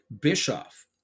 Bischoff